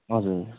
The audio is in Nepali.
हजुर